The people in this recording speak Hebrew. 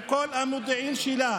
עם כל המודיעין שלה